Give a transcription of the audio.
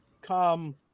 Come